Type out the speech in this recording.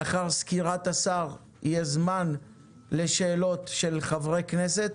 לאחר סקירת השר יהיה זמן לשאלות של חברי הכנסת,